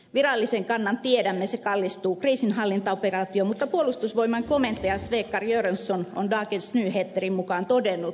virallisen kannan tiedämme se kallistuu kriisinhallintaoperaatioon mutta puolustusvoimain komentaja sverker göranson on dagens nyheterin mukaan todennut